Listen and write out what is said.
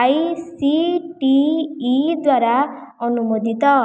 I C T E ଦ୍ଵାରା ଅନୁମୋଦିତ